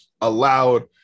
allowed